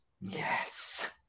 Yes